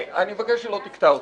אני מבקש שלא תקטע אותי.